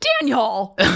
Daniel